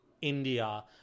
India